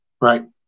right